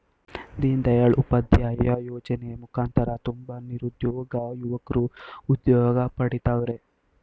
ದೀನ್ ದಯಾಳ್ ಉಪಾಧ್ಯಾಯ ಯೋಜನೆ ಮುಖಾಂತರ ತುಂಬ ನಿರುದ್ಯೋಗ ಯುವಕ್ರು ಉದ್ಯೋಗ ಪಡಿತವರ್ರೆ